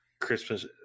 Christmas